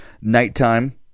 nighttime